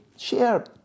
Share